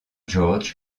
georg